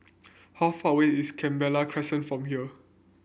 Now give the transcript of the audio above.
how far away is Canberra Crescent from here